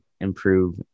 improve